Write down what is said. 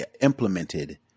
implemented